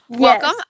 Welcome